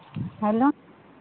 hello